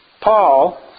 ...Paul